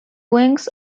wings